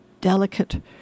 delicate